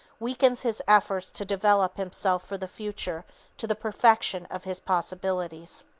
weakens his efforts to develop himself for the future to the perfection of his possibilities.